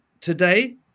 Today